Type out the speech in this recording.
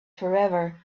forever